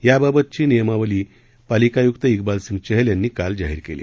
याबाबतघी नवी नियमावली पालिका आयुक्त इकबाल सिंह चहल यांनी काल जाहीर केली